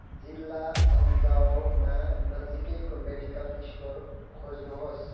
जिल्ला अन्जावमा नजिकैको मेडिकल स्टोर खोज्नुहोस्